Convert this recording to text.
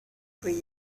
green